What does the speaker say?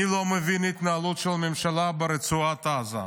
אני לא מבין את ההתנהלות של הממשלה ברצועת עזה.